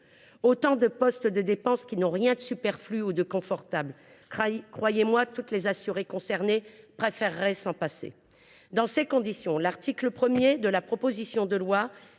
autant de postes de dépenses qui n’ont rien de superflu ou de confortable. Croyez moi, toutes les assurées concernées préféreraient s’en passer. Dans ces conditions, l’article 1 de la proposition de loi